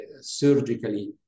surgically